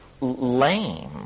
lame